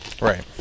right